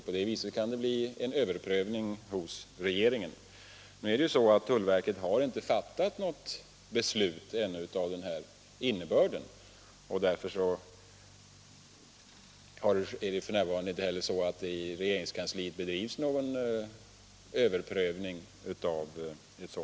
På det sättet kan det bli en överprövning hos regeringen. Tullverket har emellertid ännu inte fattat något beslut av denna innebörd, och därför har det inte heller inom regeringskansliet gjorts någon överprövning.